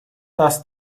dass